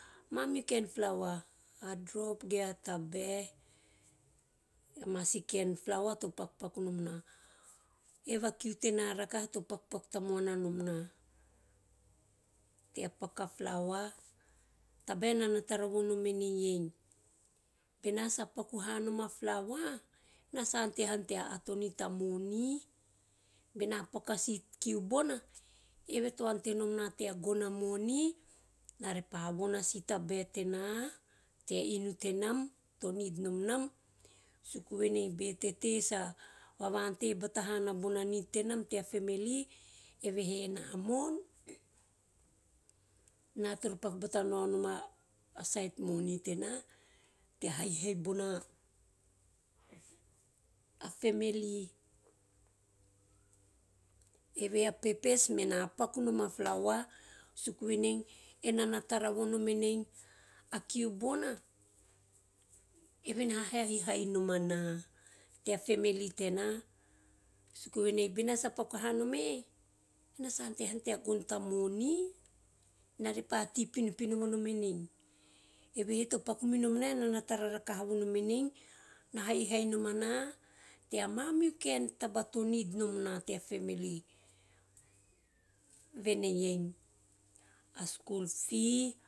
A amamehu kaen flawa ge a tabae, ama si kaen fawa to pakupaku tamoana nom nan, eve a kiu tena rakaha to pakupaku tamoana nom nan, tea paku a flawa tabae enana tana vonomen bena sa paku hanom a flawa, ena sa ante hanom tea ato ni ta moni. A si kiu bona, eve to antanom na tea gono a moni ena re pa von a si tabae tena, tea inu tenam to nid nom nam suku venei be tete sa vava`ante ha bata bona nid tenam tea family, evehe ena mo`on ena toro paku batanaonom a said moni tena tea haihai bona family. Eve a pepesmena pakunom a flawa suku venei ena na tara vonom enei bena sa paku hanon e enna sa ante hanom tea gono ta moni ene re pa tei pinopino vonom enei, evehe to paku minom na e enana tara rakaha vonom en na haihai nom ana tea tea mamihu kaen taba to nid nom na tea family. Veneiei a school fee.